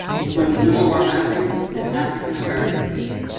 including civil war memory and african-american history.